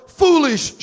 foolish